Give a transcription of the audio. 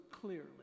clearly